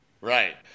Right